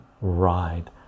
ride